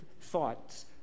thoughts